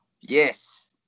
yes